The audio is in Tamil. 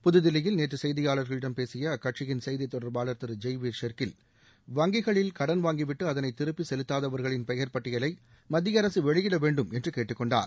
புதுதில்லியில் நேற்று செய்தியாளர்களிடம் பேசிய அக்கட்சியின் செய்தித்தொடர்பாளர் திரு ஜெய்வீர ஷெள்கில் வங்கிகளில் கடன் வாங்கிவிட்டு அதனை திருப்பி செலுத்தாதவர்களின் பெயர் பட்டியலை மத்திய அரசு வெளியிட வேண்டும் என்று கேட்டுக்கொண்டார்